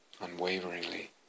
unwaveringly